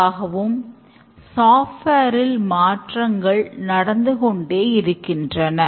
software திட்டமானது இப்போது மாறிக் கொண்டே வருகிறது